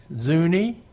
Zuni